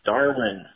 Darwin